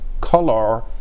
color